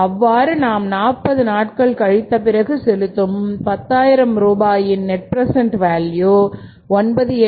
அவ்வாறு நாம் 40 நாட்கள் கழித்த பிறகு செலுத்தும் 10000 ரூபாயின் நெட் பிரசெண்ட் வேல்யூ 9836